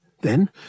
Then